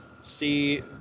see